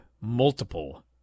multiple